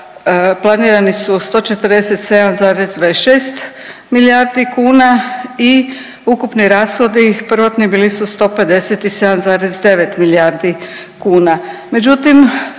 planirani su 147,26 milijardi kuna i ukupni rashodi prvotni bili su 157,9 milijardi kuna. Međutim,